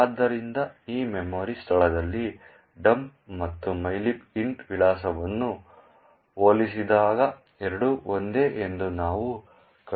ಆದ್ದರಿಂದ ಈ ಮೆಮೊರಿ ಸ್ಥಳದಲ್ಲಿ ಡಂಪ್ ಮತ್ತು mylib int ವಿಳಾಸವನ್ನು ಹೋಲಿಸಿದಾಗ ಎರಡೂ ಒಂದೇ ಎಂದು ನಾವು ಕಂಡುಕೊಳ್ಳುತ್ತೇವೆ